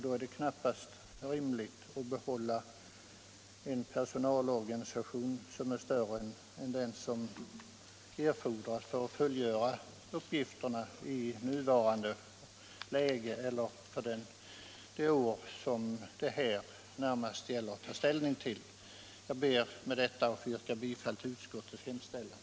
Då är det knappast rimligt med en personalorganisation som är större än den som erfordras för att fullgöra uppgifterna under det år som det här närmast gäller att ta ställning till. Herr talman! Jag ber med detta att få yrka bifall till utskottets hemställan.